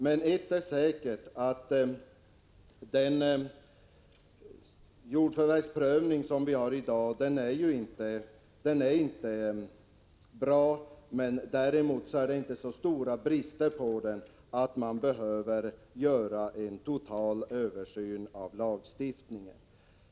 Men ett är säkert: Den jordförvärvsprövning som vi har i dag är inte bra, fast den har inte så stora brister att vi behöver göra en total översyn av lagstiftningen.